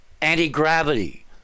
anti-gravity